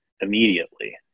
immediately